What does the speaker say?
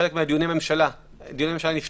חלק מדיוני הממשלה נפתחו.